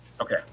okay